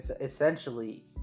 essentially